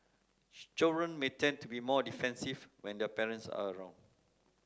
children may tend to be more defensive when their parents are around